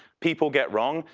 people get wrong,